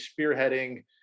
spearheading